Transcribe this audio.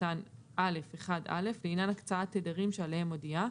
קטן א)(1א) לעניין הקצאת תדרים שעליהם הודיע.